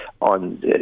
on